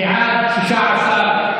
בעד, 16,